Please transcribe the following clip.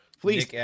Please